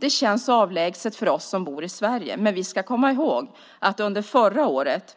Det känns avlägset för oss som bor i Sverige, men vi ska komma ihåg att under förra året